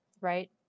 right